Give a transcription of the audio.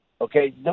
Okay